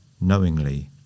knowingly